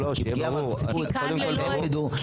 כי פגיעה בציבור היא קודם --- לא,